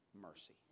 mercy